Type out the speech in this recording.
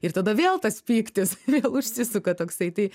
ir tada vėl tas pyktis užsisuka toksai tai